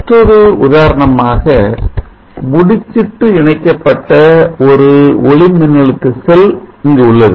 மற்றொரு உதாரணமாக முடிச்சிட்டு இணைக்கப்பட்ட ஒரு ஒளிமின்னழுத்த செல் இங்கு உள்ளது